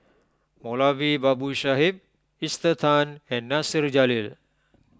Moulavi Babu Sahib Esther Tan and Nasir Jalil